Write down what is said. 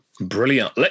Brilliant